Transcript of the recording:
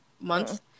month